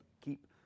keep